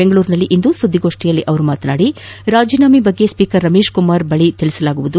ಬೆಂಗಳೂರಿನಲ್ಲಿಂದು ಸುದ್ದಿಗೋಷ್ಠಿಯಲ್ಲಿ ಮಾತನಾಡಿದ ಅವರು ರಾಜೀನಾಮೆ ಬಗ್ಗೆ ಸ್ವೀಕರ್ ರಮೇಶ್ ಕುಮಾರ್ ಬಳಿ ತಿಳಿಸುತ್ತೇನೆ